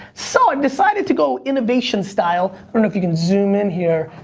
so, i've decided to go innovation-style, i don't know if you can zoom in here,